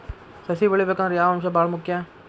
ಸಸಿ ಬೆಳಿಬೇಕಂದ್ರ ಯಾವ ಅಂಶ ಭಾಳ ಮುಖ್ಯ?